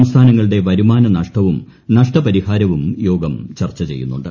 സംസ്ഥാനങ്ങളുടെ വരുമാന്ന നൃഷ്ടവും നഷ്ട പരിഹാരവും യോഗം ചർച്ച ചെയ്യുന്നുണ്ട്